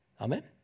Amen